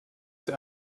der